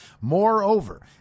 Moreover